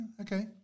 okay